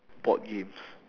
board games